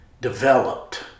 developed